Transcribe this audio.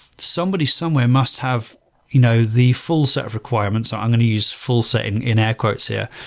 somebody somewhere must have you know the full set of requirements, so i'm going to use full set in in air quotes here.